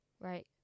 Right